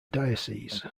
dioceses